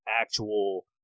Actual